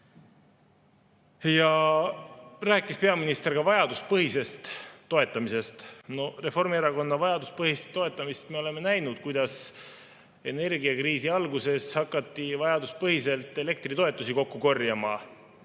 rääkis ka vajaduspõhisest toetamisest. No Reformierakonna vajaduspõhist toetamist me oleme näinud. Energiakriisi alguses hakati vajaduspõhiselt elektritoetusi kokku korjama.